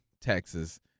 Texas